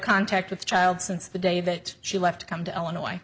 contact with the child since the day that she left to come to illinois